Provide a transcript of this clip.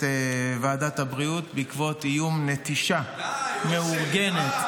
ועדת הבריאות בעקבות איום נטישה מאורגנת -- די.